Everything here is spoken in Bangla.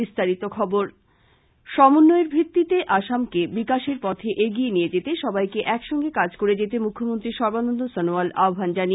বিস্তারিত খবর সমন্বয়ের ভিত্তিতে আসামকে বিকাশের পথে এগিয়ে নিয়ে যেতে সবাইকে একসঙ্গে কাজ করে যেতে মুখ্যমন্ত্রী সর্বানন্দ সনোয়াল আহবান জানিয়েছেন